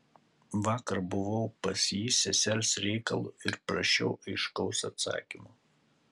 vakar buvau pas jį sesers reikalu ir prašiau aiškaus atsakymo